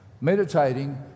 Meditating